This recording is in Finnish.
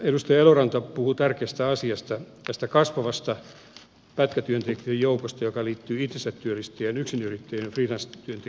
edustaja eloranta puhui tärkeästä asiasta tästä kasvavasta pätkätyöntekijöiden joukosta liittyen itsensä työllistäjiin yksinyrittäjiin ja freelance työntekijöihin